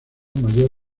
mayor